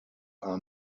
are